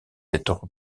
être